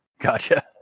Gotcha